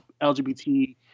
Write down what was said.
LGBT